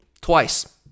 Twice